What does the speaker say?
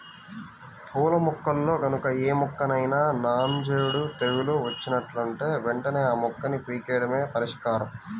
పూల మొక్కల్లో గనక ఏ మొక్కకైనా నాంజేడు తెగులు వచ్చినట్లుంటే వెంటనే ఆ మొక్కని పీకెయ్యడమే పరిష్కారం